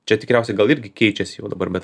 čia tikriausiai gal irgi keičiasi jau dabar bet